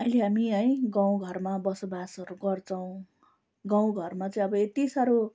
अहिले हामी है गाउँ घरमा बसोबासोहरू गर्छौँ गाउँ घरमा चाहिँ अब यति साह्रो